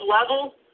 level